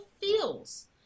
feels